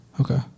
Okay